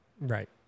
Right